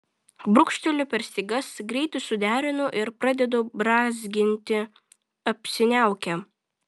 brūkšteliu per stygas greitai suderinu ir pradedu brązginti apsiniaukę